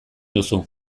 duzu